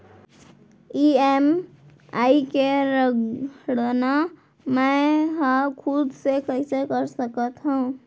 EMI के गड़ना मैं हा खुद से कइसे कर सकत हव?